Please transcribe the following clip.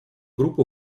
группа